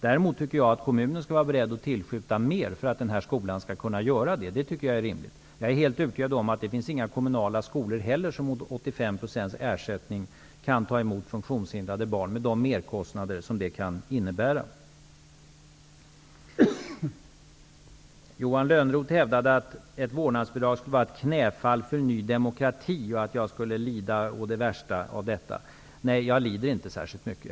Däremot tycker jag att kommunen skall vara beredd att tillskjuta mer för att denna skola skall kunna göra det. Jag är helt övertygad om att det inte heller finns några kommunala skolor som mot 85 % ersättning kan ta emot funktionshindrade barn med de merkostnader som det kan medföra. Johan Lönnroth hävdade att ett vårdnadsbidrag skulle vara ett knäfall för Ny demokrati och att jag skulle lida å det värsta av detta. Nej, jag lider inte särskilt mycket.